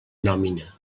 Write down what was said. nòmina